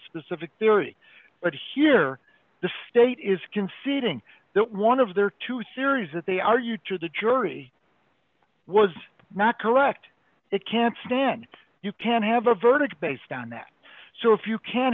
specific theory but here the state is conceding that one of their two series that they are you to the jury was not correct it can't stand you can't have a verdict based on that so if you can't